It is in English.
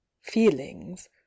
feelings